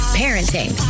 parenting